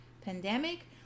pandemic